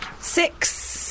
Six